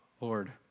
Lord